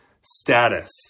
status